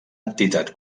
entitat